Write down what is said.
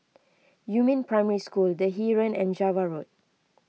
Yumin Primary School the Heeren and Java Road